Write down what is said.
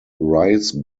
rice